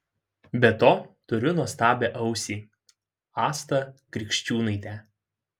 be to turiu nuostabią ausį astą krikščiūnaitę